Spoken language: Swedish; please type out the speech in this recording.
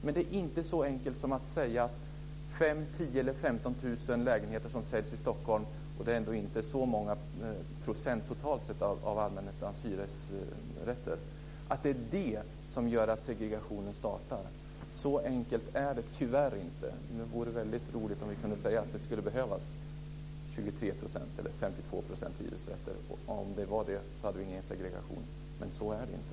Men det är tyvärr inte så enkelt som att Stockholm - vilket totalt sett inte är så många procent av allmännyttans hyresrätter - startar segregationen. Det vore väldigt bra om vi kunde säga att det skulle krävas 23 % eller 52 % hyresrätter för att vi inte skulle få någon segregation, men så är det inte.